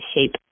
shape